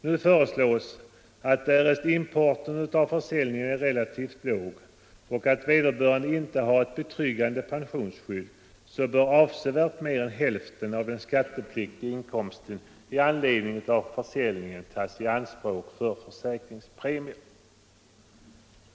Nu föreslås att, därest inkomsten av försäljningen är relativt låg och vederbörande inte har ett betryggande pensionsskydd, avsevärt mer än hälften av den skattepliktiga inkomsten i anledning av försäljningen skall kunna tas i anspråk för försäkringspremier.